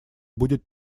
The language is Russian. будет